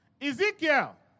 Ezekiel